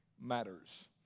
matters